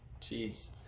Jeez